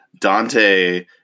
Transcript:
Dante